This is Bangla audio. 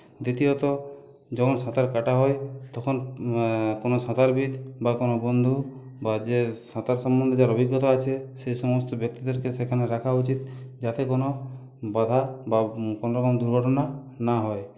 দ্বিতীয়ত যখন সাঁতার কাটা হয় তখন কোনো সাঁতারবিদ বা কোনো বন্ধু বা যে সাঁতার সম্বন্ধে যার অভিজ্ঞতা আছে সে সমস্ত ব্যক্তিদেরকে সেখানে রাখা উচিত যাতে কোনো বাঁধা বা কোনরকম দুর্ঘটনা না হয়